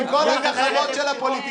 עם כל הגחמות של הפוליטיקאים,